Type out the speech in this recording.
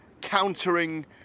countering